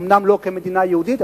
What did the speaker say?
אומנם לא כמדינה יהודית,